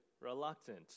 reluctant